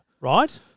Right